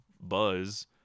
buzz